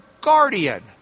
guardian